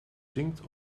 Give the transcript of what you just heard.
zinkt